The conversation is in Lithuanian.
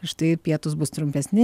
štai pietūs bus trumpesni